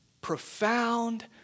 profound